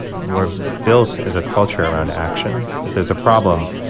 we're built, as a culture, around action. if there's a problem,